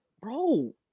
Bro